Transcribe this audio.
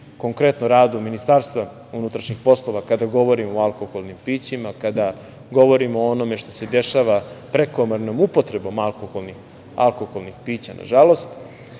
konkretno radu MUP-a, kada govorimo o alkoholnim pićima, kada govorimo o onome što se dešava prekomernom upotrebom alkoholnih pića, nažalost. Na